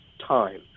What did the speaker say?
Time